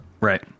Right